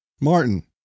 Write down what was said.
Martin